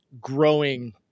growing